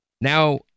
Now